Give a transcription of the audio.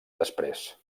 després